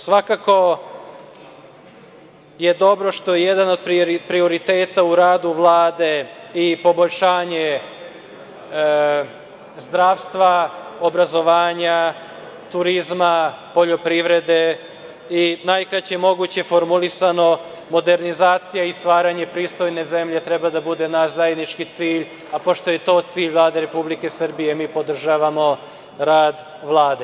Svakako je dobro što je jedan od prioriteta u radu Vlade i poboljšanje zdravstva, obrazovanja, turizma, poljoprivrede i najkraći mogući formulisano modernizacija i stvaranje pristojne zemlje treba da bude naš zajednički cilj, a pošto je to cilj Vlade Republike Srbije mi podržavamo rad Vlade.